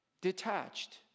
detached